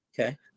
Okay